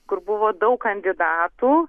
kur buvo daug kandidatų